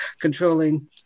controlling